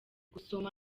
gusoma